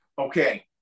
Okay